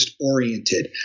oriented